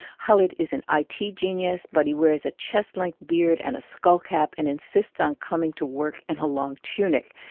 khalid is an ah it genius, but he wears a chest-length beard and a skullcap and insists on coming to work in a long tunic,